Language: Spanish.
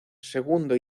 segundo